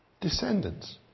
descendants